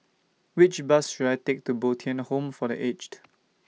Which Bus should I Take to Bo Tien Home For The Aged